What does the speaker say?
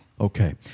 Okay